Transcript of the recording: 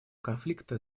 конфликта